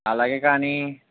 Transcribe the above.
అలాగే కాని